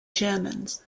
germans